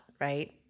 right